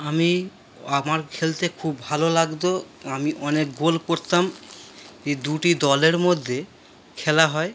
আমি আমার খেলতে খুব ভালো লাগতো আমি অনেক গোল করতাম এই দুটি দলের মধ্যে খেলা হয়